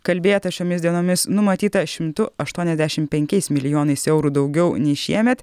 kalbėta šiomis dienomis numatyta šimtu aštuoniasdešim penkiais milijonais eurų daugiau nei šiemet